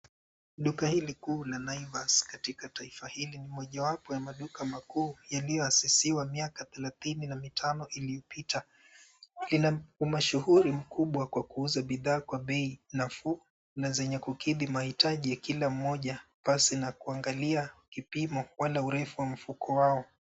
duka hili kuu la naivas katika taifa hili mojawapo ya maduka makuu yaliyoasisiwa miaka thelathini na mitano iliyopita ina umashuhuri mkubwa kwa kuuza bidhaa kwa bei nafuu na zenye kukidhi mahitaji ya kila mmoja pasi na kuangalia kipimo wala urefu wa mfuko wao